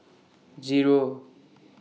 Zero